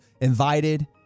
invited